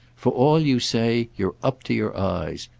for all you say, you're up to your eyes.